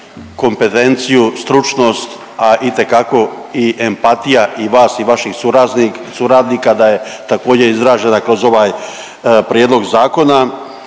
kompetenciju, stručnost, a itekako i empatija i vas i vaših suradnika da je također izražena kroz ovaj prijedlog zakona.